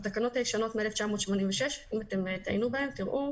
בתקנות הישנות מ-1986 אם תעיינו בהן תראו